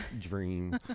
dream